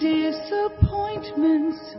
disappointments